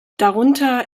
darunter